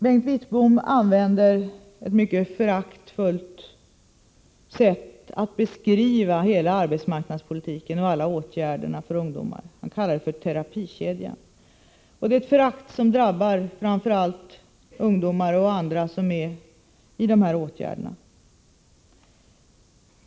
Bengt Wittbom beskriver på ett mycket föraktfullt sätt hela arbetsmarknadspolitiken och alla åtgärderna för ungdomar, han kallar detta för terapikedjan. Det är ett förakt som drabbar framför allt ungdomar och andra som är föremål för dessa åtgärder.